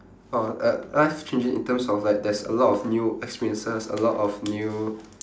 oh uh life changing in terms of like there's a lot of new experiences a lot of new